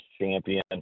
champion